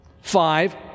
Five